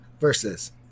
versus